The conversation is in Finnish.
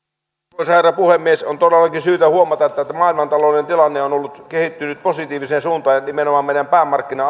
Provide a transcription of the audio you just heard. arvoisa herra puhemies on todellakin syytä huomata että että maailmantalouden tilanne on on kehittynyt positiiviseen suuntaan ja nimenomaan meidän päämarkkina